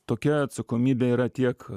tokia atsakomybė yra tiek